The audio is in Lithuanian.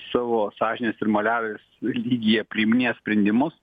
savo sąžinės ir moliarais lygyje priiminėja sprendimus